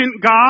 God